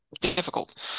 difficult